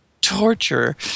torture